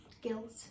guilt